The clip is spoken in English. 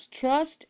Trust